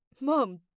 Mom